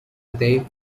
they